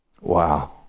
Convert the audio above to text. Wow